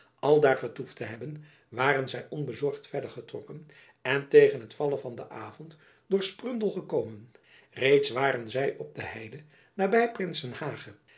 aldaar vertoefd te hebben waren zy onbezorgd verder getrokken en tegen het vallen van den avond door sprundel gekomen reeds waren zy op de heide naby prinsenhage